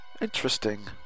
Interesting